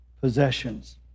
possessions